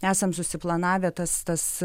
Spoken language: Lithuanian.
esam susiplanavę tas tas